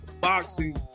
boxing